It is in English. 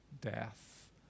death